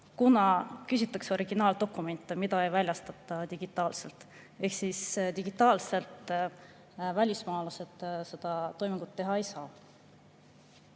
kuna küsitakse originaaldokumente, mida ei väljastata digitaalselt. Ehk digitaalselt välismaalased seda toimingut teha ei saa.